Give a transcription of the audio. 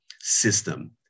system